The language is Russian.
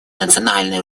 национальное